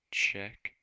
check